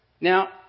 Now